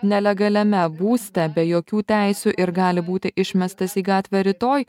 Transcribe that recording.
nelegaliame būste be jokių teisių ir gali būti išmestas į gatvę rytoj